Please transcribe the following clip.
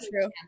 true